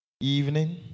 evening